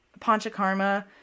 Panchakarma